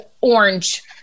orange